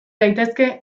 daitezke